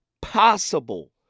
possible